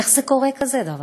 איך קורה כזה דבר?